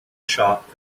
shop